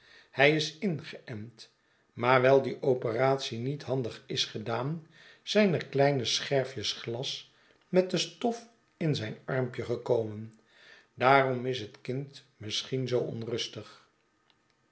hij is ingeent maar wijl die operatie niet handig is gedaan zijn er kleine scherfjes glas met de stof in zijn armpje gekomen daarom is het kind misschien zoo onrustig